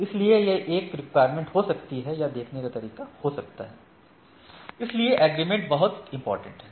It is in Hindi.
इसलिए यह एक रिक्वायरमेंट हो सकती है या देखने का तरीका हो सकता है इसलिए एग्रीगेशन बहुत इंपॉर्टेंट है